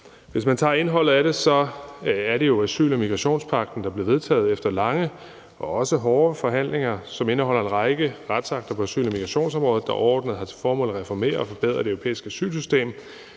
hensyn til indholdet, så er det jo asyl- og migrationspagten, der blev vedtaget efter lange og også hårde forhandlinger, og som indeholder en række retsakter på asyl- og migrationsområdet, der overordnet har til formål at reformere og forbedre det europæiske asylsystem.